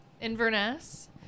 Inverness